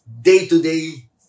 day-to-day